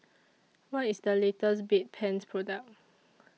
What IS The latest Bedpans Product